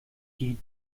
die